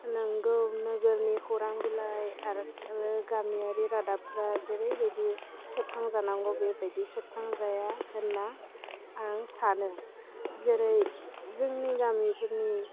नोंगौ नोगोरनि खौरां बिलाइ आरो गामियारि रादाबफ्रा जेरै बायदि सेबखांजानांगौ बेबायदि सेबखांजाया होन्ना आं सानो जेरै जोंनि गामिफोरनि